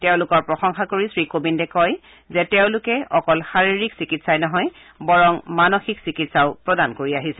তেওঁলোকৰ প্ৰশংসা কৰি শ্ৰীকোবিন্দে কয় যে তেওঁলোকে অকল শাৰীৰিক চিকিৎসাই নহয় বৰং মানসিক চিকিৎসাও প্ৰদান কৰি আহিছে